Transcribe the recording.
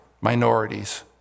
minorities